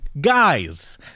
guys